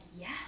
yes